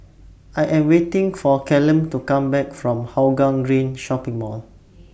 I Am waiting For Callum to Come Back from Hougang Green Shopping Mall